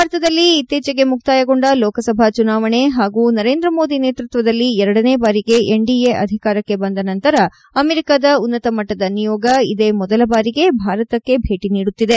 ಭಾರತದಲ್ಲಿ ಇತ್ತೀಚೆಗೆ ಮುಕ್ತಾಯಗೊಂಡ ಲೋಕಸಭಾ ಚುನಾವಣೆ ಹಾಗೂ ನರೇಂದ್ರ ಮೋದಿ ನೇತೃತ್ವದಲ್ಲಿ ಎರಡನೇ ಬಾರಿಗೆ ಎನ್ಡಿಎ ಅಧಿಕಾರಕ್ಕೆ ಬಂದ ನಂತರ ಅಮೆರಿಕೆದ ಉನ್ನತೆ ಮಟ್ಸದ ನಿಯೋಗ ಇದೇ ಮೊದಲ ಬಾರಿಗೆ ಭಾರತಕ್ಕೆ ಭೇಟಿ ನೀಡುತ್ತಿದೆ